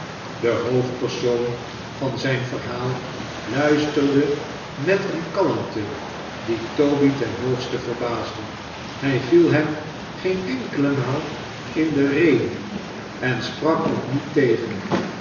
de hoofdpersoon van zijn verhaal luisterde met een kalmte die toby ten hoogste verbaasde hij viel hem geen enkele maal in de rede en sprak ook niet tegen